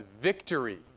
victory